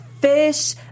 fish